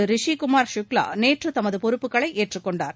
ரிஷிகுமார் சுக்லா நேற்று தமது பொறுப்புகளை ஏற்றுக் கொண்டார்